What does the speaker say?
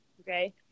okay